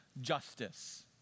justice